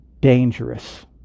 dangerous